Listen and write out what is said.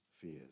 fears